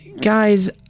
guys